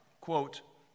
quote